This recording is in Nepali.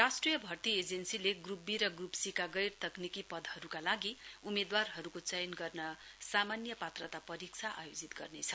राष्ट्रिय भर्ती एजेन्सीले ग्रुप बी र ग्रुप सी का गैर तकनिकी पदहरूका लागि उम्मेदवारहरूको चयन गर्न सामान्य पात्रता परीक्षा आयोजित गर्नेछ